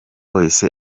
wese